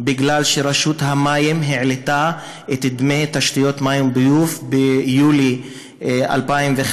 משום שרשות המים העלתה את דמי תשתיות המים והביוב ביולי 2015,